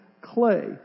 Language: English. clay